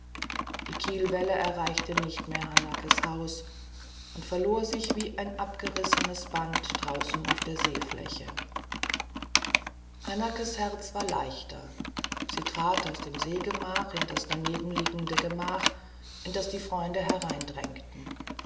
die kielwelle erreichte nicht mehr hanakes haus und verlor sich wie ein abgerissenes band draußen auf der seefläche hanakes herz war leichter sie trat aus dem seegemach in das nebenanliegende gemach in das die freunde